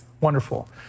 wonderful